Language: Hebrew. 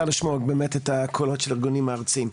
לשמוע באמת את הקולות של הארגונים הארציים.